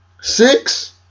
six